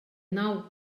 nou